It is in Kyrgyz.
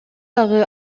дагы